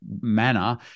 manner